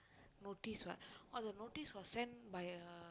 notice what oh the notice will send by a